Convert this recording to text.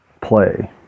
play